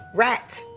rat.